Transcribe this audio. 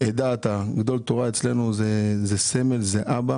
עדה אתה, גדול תורה אצלנו זה סמל, זה אבא.